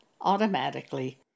automatically